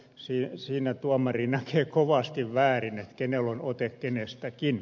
siinä kyllä tuomari näkee kovasti väärin kenellä on ote kenestäkin